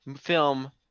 film